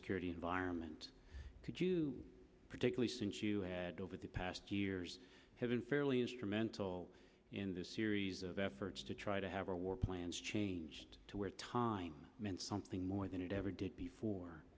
security environment did you particularly since you had over the past two years have been fairly instrumental in this series of efforts to try to have a war plans changed to where time meant something more than it ever did